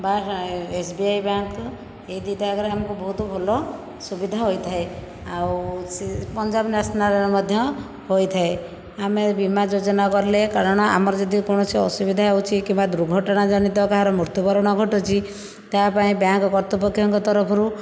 ବା SBI bank ଏହି ଦୁଇଟା ଯାକରେ ଆମକୁ ବହୁତ ଭଲ ସୁବିଧା ହୋଇଥାଏ ଆଉ ସେ ପଞ୍ଜାବ ନ୍ୟାସନାଲରେ ମଧ୍ୟ ହୋଇଥାଏ ଆମେ ବୀମା ଯୋଜନା କଲେ କାରଣ ଆମର ଯଦି କୌଣସି ଅସୁବିଧା ହେଉଛି କିମ୍ବା ଦୁର୍ଘଟଣା ଜନିତ କାହାର ମୃତ୍ୟୁବରଣ ଘଟୁଛି ତା'ପାଇଁ ବ୍ୟାଙ୍କ କର୍ତ୍ତୃପକ୍ଷଙ୍କ ତରଫରୁ